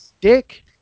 dick